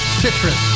citrus